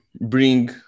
bring